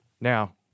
Now